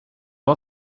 var